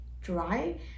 dry